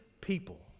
people